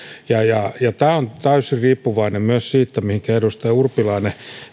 tämä on täysin riippuvainen myös siitä mihinkä edustaja urpilainen